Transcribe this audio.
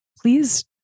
please